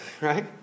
right